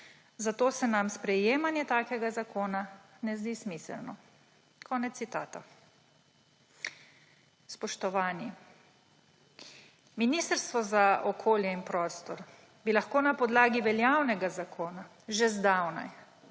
Zato se nam sprejemanje takšnega zakona ne zdi smiselno.« Konec citata. Spoštovani! Ministrstvo za okolje in prostor bi lahko na podlagi veljavnega zakona že zdavnaj